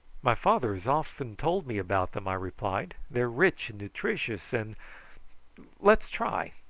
my father has often told me about them, i replied. they are rich and nutritious, and let's try.